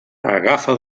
agafa